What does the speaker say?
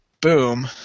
boom